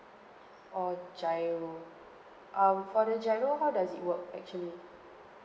or GIRO um for the GIRO how does it work actually